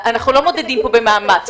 אנחנו לא מודדים פה במאמץ,